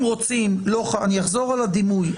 אני אחזור על הדימוי.